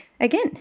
again